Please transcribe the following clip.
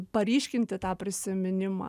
paryškinti tą prisiminimą